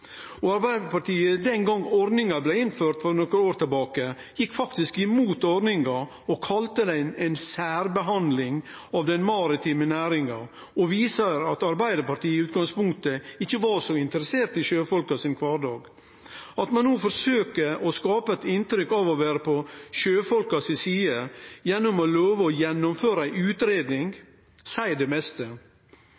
Arbeidarpartiet den gongen ordninga blei innført, for nokre år tilbake, gjekk imot ordninga og kalla ho ei særbehandling av den maritime næringa, viser at Arbeidarpartiet i utgangspunktet ikkje var så interessert i kvardagen til sjøfolka. At ein no forsøkjer å skape eit inntrykk av å vere på sjøfolka si side, gjennom å love å gjennomføre ei